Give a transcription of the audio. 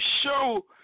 show